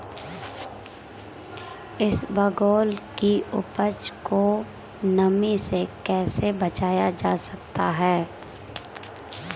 इसबगोल की उपज को नमी से कैसे बचाया जा सकता है?